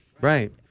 Right